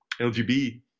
LGBT